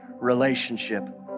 relationship